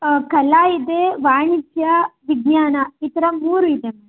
ಕಲಾ ಇದೆ ವಾಣಿಜ್ಯ ವಿಜ್ಞಾನ ಈ ಥರ ಮೂರು ಇದೆ